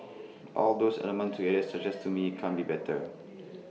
all those elements together suggest to me can't be better